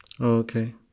okay